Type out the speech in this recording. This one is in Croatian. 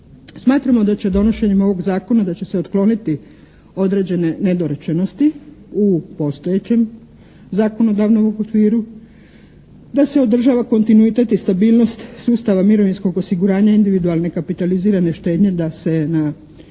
Smatramo da će donošenjem ovog zakona da će se otkloniti određene nedorečenosti u postojećem zakonodavnom okviru, da se održava kontinuitet i stabilnost sustava mirovinskog osiguranja individualne kapitalizirane štednje da se na